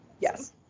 Yes